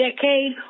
decade